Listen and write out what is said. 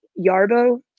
Yarbo